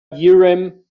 urim